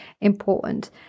Important